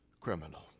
criminal